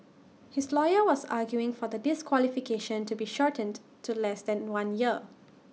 his lawyer was arguing for the disqualification to be shortened to less than one year